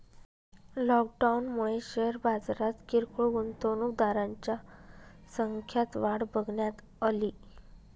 लॉकडाऊनमुळे शेअर बाजारात किरकोळ गुंतवणूकदारांच्या संख्यात वाढ बघण्यात अली